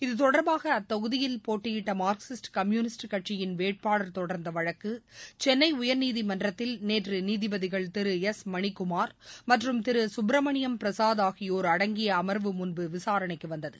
இதுதொடர்பாக அத்தொகுதியில் போட்டியிட்ட மார்க்சிஸ்ட் கம்யூனிஸ்ட் கட்சியின் வேட்பாளர் தொடர்ந்த வழக்கு சென்னை உயர்நீதிமன்றத்தில் நேற்று நீதிபதிகள் திரு எஸ் மணிக்குமார் மற்றும் திரு சுப்பிரமணியம் பிரசாத் ஆகியோர் அடங்கிய அமர்வு முன்பு விசாரணைக்கு வந்தது